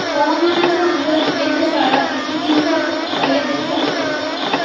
हवामानाचा अंदाज वेधशाळा किती दिवसा पयले देऊ शकते?